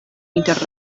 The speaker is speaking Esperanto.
inter